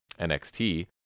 NXT